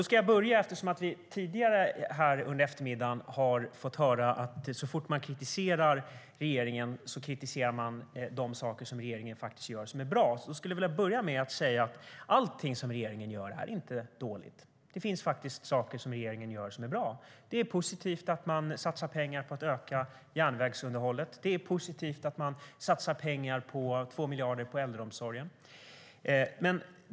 Så fort man kritiserar regeringen kritiserar man de saker regeringen gör som faktiskt är bra, har vi fått höra tidigare under eftermiddagen. Jag skulle därför vilja börja med att säga att inte allting som regeringen gör är dåligt. Det finns bra saker som regeringen gör. Det är positivt att man satsar pengar på att öka järnvägsunderhållet. Det är också positivt att man satsar 2 miljarder på äldreomsorgen.